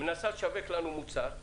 היא מנסה לשווק לנו מוצר,